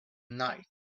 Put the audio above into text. night